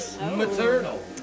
Maternal